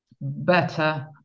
better